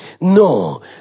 No